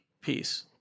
peace